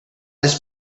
this